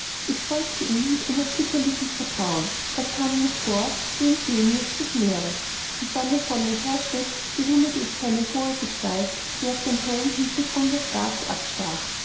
ich folgte ihm mit unerschütterlichem vertrauen er kam mir vor wie ein genius des meeres und wenn er vor mir herschritt bewunderte ich seine hohe gestalt die auf dem hellen hintergrunde schwarz abstach